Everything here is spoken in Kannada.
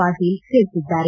ಪಾಟೀಲ್ ತಿಳಿಸಿದ್ದಾರೆ